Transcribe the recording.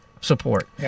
support